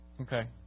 Okay